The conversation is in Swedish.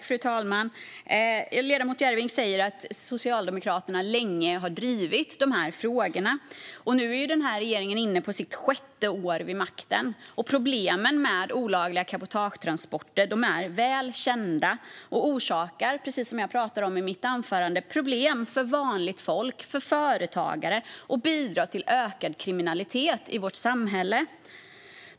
Fru talman! Ledamoten Järrebring säger att Socialdemokraterna länge har drivit frågorna, och nu är regeringen inne på sitt sjätte år vid makten. Problemen med olagliga cabotagetransporter är väl kända och orsakar, precis som jag tog upp i mitt anförande, problem för vanligt folk, för företagare, och bidrar till ökad kriminalitet i vårt samhälle.